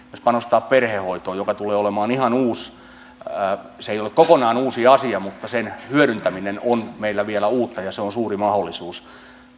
panostaa perhehoitoon joka tulee olemaan ei ihan kokonaan uusi asia mutta sen hyödyntäminen on meillä vielä uutta ja se on suuri mahdollisuus